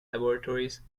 laboratories